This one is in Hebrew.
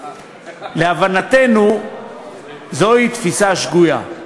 להבנתנו זוהי תפיסה שגויה: